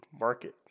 market